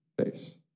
face